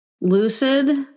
lucid